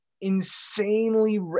insanely